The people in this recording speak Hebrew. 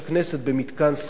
במתקן "סהרונים".